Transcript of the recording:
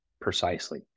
precisely